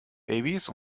babys